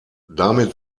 damit